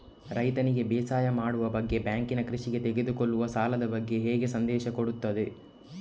ರೈತನಿಗೆ ಬೇಸಾಯ ಮಾಡುವ ಬಗ್ಗೆ ಬ್ಯಾಂಕ್ ಕೃಷಿಗೆ ತೆಗೆದುಕೊಳ್ಳುವ ಸಾಲದ ಬಗ್ಗೆ ಹೇಗೆ ಸಂದೇಶ ಕೊಡುತ್ತದೆ?